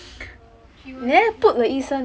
uh three more minutes three more minutes